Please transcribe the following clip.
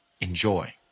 Enjoy